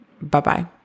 Bye-bye